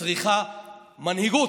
צריכה מנהיגות,